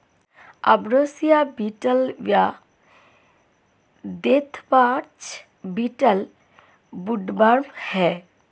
ambrosia beetle व deathwatch beetle woodworm हैं